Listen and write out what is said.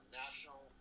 national